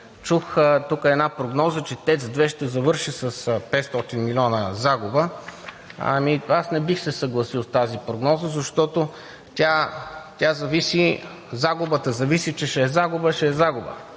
Чух тук една прогноза, че ТЕЦ 2 ще завърши с 500 милиона загуба. Ами аз не бих се съгласил с тази прогноза, защото че ще е загуба, ще е загуба,